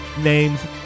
names